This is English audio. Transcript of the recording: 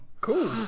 cool